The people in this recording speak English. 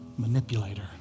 manipulator